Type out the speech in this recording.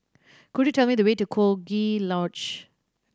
could you tell me the way to Coziee Lodge